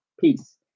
Peace